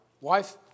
Wife